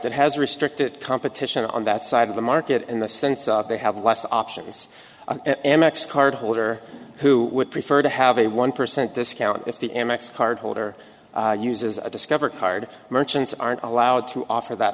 that has restricted competition on that side of the market in the sense that they have less options amex card holder who would prefer to have a one percent discount if the amex card holder uses a discover card merchants aren't allowed to offer that